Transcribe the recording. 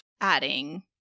adding